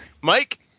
Mike